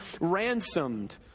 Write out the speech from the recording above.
ransomed